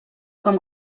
com